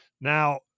Now